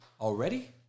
already